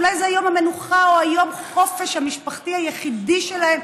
שאולי זה יום המנוחה או יום החופש המשפחתי היחיד שלהם